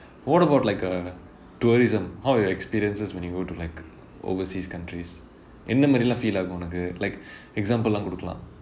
what about like uh tourism how were your experiences when you go to like overseas countries என்ன மாதிரிலாம்:enna maathirilaam feel ஆகும் உனக்கு:aagum unakku like examples லாம் கொடுக்கலாம்:laam kodukalaam